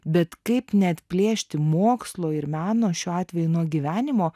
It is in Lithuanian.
bet kaip neatplėšti mokslo ir meno šiuo atveju nuo gyvenimo